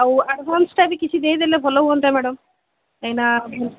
ଆଉ ଆଡ଼ଭାନ୍ସଟା ବି କିଛି ଦେଇଦେଲେ ଭଲ ହୁଅନ୍ତା ମ୍ୟାଡମ୍ କାହିଁକିନା